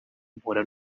mpura